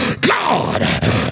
God